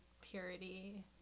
purity